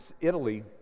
Italy